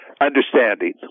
understanding